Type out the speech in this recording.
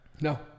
No